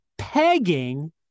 pegging